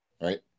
right